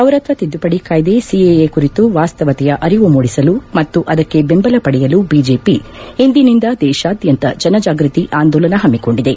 ಪೌರತ್ಸ ತಿದ್ದುಪದಿ ಕಾಯ್ಲೆ ಸಿಎಎ ಕುರಿತ ವಾಸ್ತವತೆಯ ಅರಿವು ಮೂದಿಸಲು ಮತ್ತು ಅದಕ್ಕೆ ಬೆಂಬಲ ಪಡೆಯಲು ಬಿಜೆಪಿ ಇಂದಿನಿಂದ ದೇಶಾದ್ಯಂತ ಜನಜಾಗ್ಬತಿ ಆಂದೋಲನ ಹಮ್ಮಿಕೊಂಡಿದೆ